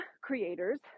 creators